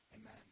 Amen